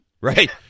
Right